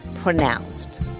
pronounced